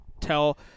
tell